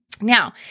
Now